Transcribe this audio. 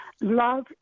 Love